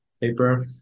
paper